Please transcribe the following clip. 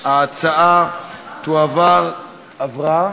ההצעה עברה,